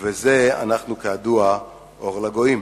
ובזה אנחנו, כידוע, אור לגויים.